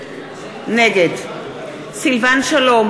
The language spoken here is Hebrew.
נגד סילבן שלום,